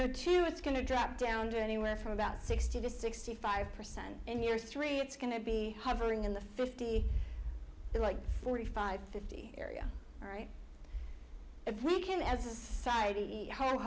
o two it's going to drop down to anywhere from about sixty to sixty five percent in year three it's going to be hovering in the fifty like forty five fifty area right if we can as a society h